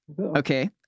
okay